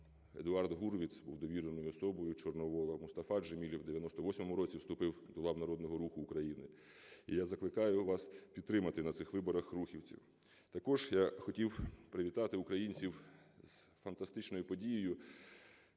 Едуард Гурвіц був довіреною особою Чорновола, Мустафа Джемілєв в 98-му році вступив до лав "Народного Руху України" і я закликаю вас підтримати на цих виборах рухівців. Також я хотів привітати українців з фантастичною подією,